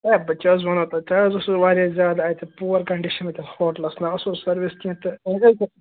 ہے بہٕ کیٛاہ حظ وَنو تۄہہِ تۄہہِ حظ اوسوٕ واریاہ زیادٕ اَتہِ پوٗوَر کَنٛڈِشَن اَتہِ ہوٹلَس نہَ اوس سٔروِس کیٚنٛہہ تہٕ